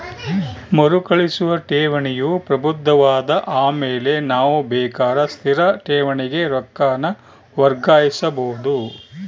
ಮರುಕಳಿಸುವ ಠೇವಣಿಯು ಪ್ರಬುದ್ಧವಾದ ಆಮೇಲೆ ನಾವು ಬೇಕಾರ ಸ್ಥಿರ ಠೇವಣಿಗೆ ರೊಕ್ಕಾನ ವರ್ಗಾಯಿಸಬೋದು